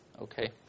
Okay